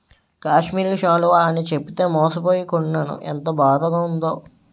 కాశ్మీరి శాలువ అని చెప్పితే మోసపోయి కొనీనాను ఎంత బాదగుందో